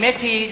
האמת היא,